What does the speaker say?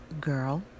girl